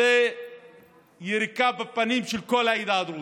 זאת יריקה בפנים לכל העדה הדרוזית.